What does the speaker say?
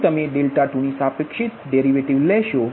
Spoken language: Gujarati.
જો તમે 2 ની સાપેક્ષે ડેરિવેટિવ લેશો